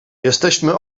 jesteśmy